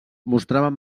mostraven